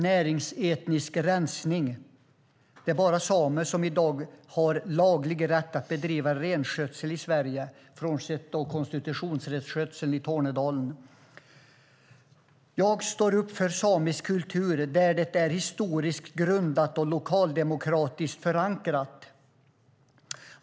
Näringsetnisk rensning, kan man kalla det. Det är i dag bara samer som har laglig rätt att bedriva renskötsel i Sverige, frånsett koncessionsrenskötseln i Tornedalen. Jag står upp för samisk kultur där det är historiskt grundat och lokaldemokratiskt förankrat.